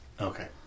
Okay